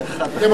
מה עשיתי?